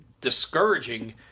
discouraging